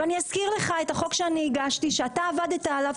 אני אזכיר לך את החוק שאני הגשתי שאתה עבדת עליו,